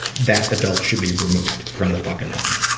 that adult should be removed from the fucking home